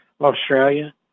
Australia